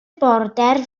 border